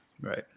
Right